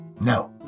No